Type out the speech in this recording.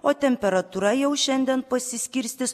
o temperatūra jau šiandien pasiskirstys